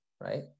right